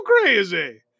crazy